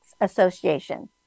Association